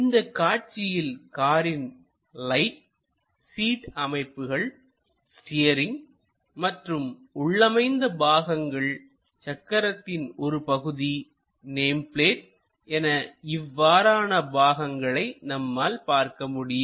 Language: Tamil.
இந்தக் காட்சியில் காரின் லைட் சீட் அமைப்புகள் ஸ்டீயரிங் மற்றும் உள்ளமைந்த பாகங்கள் சக்கரத்தின் ஒரு பகுதி நேம் பிளேட் என இவ்வாறான பாகங்களை நம்மால் பார்க்க முடியும்